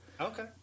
Okay